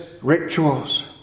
rituals